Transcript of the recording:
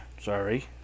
sorry